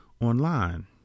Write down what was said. online